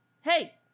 Hey